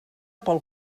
pel